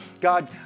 God